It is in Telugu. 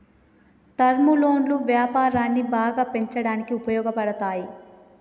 టర్మ్ లోన్లు వ్యాపారాన్ని బాగా పెంచడానికి ఉపయోగపడతాయి